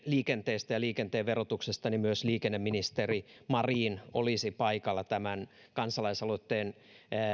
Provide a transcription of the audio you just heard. liikenteestä ja liikenteen verotuksesta niin myös liikenneministeri marin olisi paikalla tämän kansalaisaloitteen